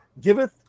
giveth